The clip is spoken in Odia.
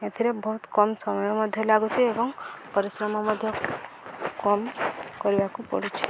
ଏଥିରେ ବହୁତ କମ୍ ସମୟ ମଧ୍ୟ ଲାଗୁଛି ଏବଂ ପରିଶ୍ରମ ମଧ୍ୟ କମ୍ କରିବାକୁ ପଡ଼ୁଛି